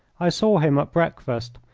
i saw him at breakfast,